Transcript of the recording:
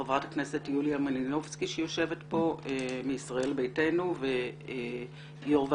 חברת הכנסת יוליה מלינובסקי מישראל ביתנו שיושבת כאן